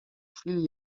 chwili